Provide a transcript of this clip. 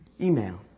Email